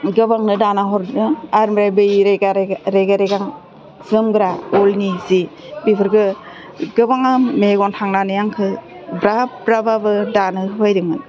गोबांनो दाना हरनो आरो बे बै रेगे रेगे रेगां जोमग्रा उलनि जि बेफोरखौ गोबाङा मेगन थांनानै आंखौ ब्रा ब्राबाबो दानो होफैदोंमोन